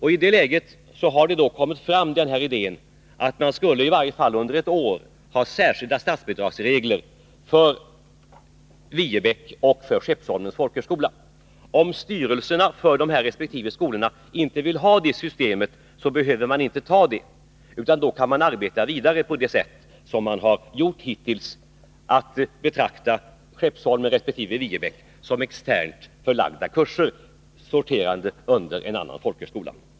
I det läget har idén kommit fram att man skulle, i varje fall under ett år, ha särskilda statsbidragsregler för Viebäcks och Skeppsholmens folkhögskolor. Om styrelserna för resp. skola inte vill ha det systemet, behöver man inte begagna det. Då kan man arbeta vidare på det sätt som man har gjort hittills och betrakta Skeppsholmen resp. Viebäck såsom externt förlagda kurser sorterande under en annan folkhögskola.